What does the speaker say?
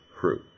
fruit